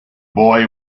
boy